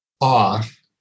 off